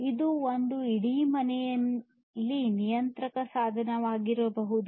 ಇದು ಒಂದು ಇಡೀ ಮನೆಯಲ್ಲಿ ನಿಯಂತ್ರಕ ಸಾಧನವಾಗಬಹುದು